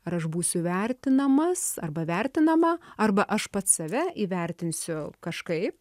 ar aš būsiu vertinamas arba vertinama arba aš pats save įvertinsiu kažkaip